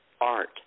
art